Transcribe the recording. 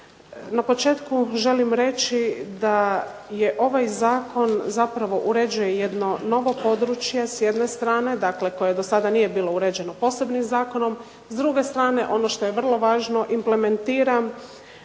Na početku želim reći da ovaj zakon zapravo uređuje jedno novo područje s jedne strane dakle koje do sada nije bilo uređeno posebnim zakonom, s druge strane ono što je vrlo važno implementira